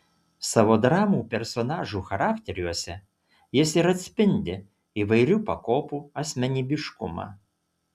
savo dramų personažų charakteriuose jis ir atspindi įvairių pakopų asmenybiškumą